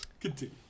Continue